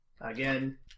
Again